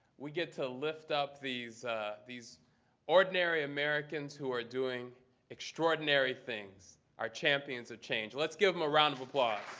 we get to lift up these these ordinary americans who are doing extraordinary things, our champions of change. let's give them a round of applause.